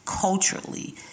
culturally